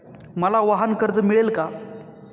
मला वाहनकर्ज मिळेल का?